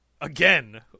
again